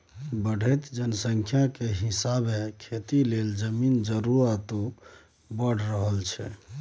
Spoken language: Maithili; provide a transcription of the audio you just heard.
बढ़इत जनसंख्या के हिसाबे खेती लेल जमीन के जरूरतो बइढ़ रहल छइ